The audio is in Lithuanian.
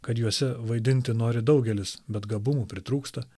kad juose vaidinti nori daugelis bet gabumų pritrūksta